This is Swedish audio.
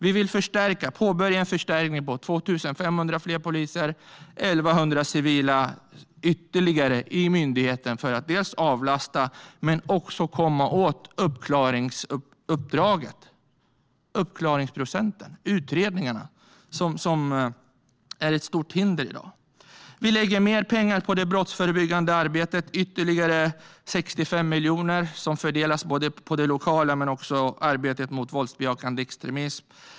Vi vill påbörja en förstärkning med 2 500 fler poliser och ytterligare 1 100 civilanställda i myndigheten för att dels avlasta, dels komma åt uppklaringsprocenten och utredningarna. Detta är i dag ett stort hinder. Vi lägger mer pengar på det brottsförebyggande arbetet, ytterligare 65 miljoner, som fördelas på det lokala planet och på arbetet mot våldsbejakande extremism.